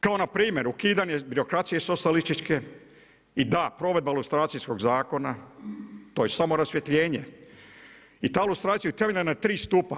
Kao npr. ukidanje birokracije socijalističke i da, provedba lustracijskog zakona, to je samo rasvjetljenje, i ta lustracija je temeljena na tri stupa.